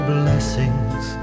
blessings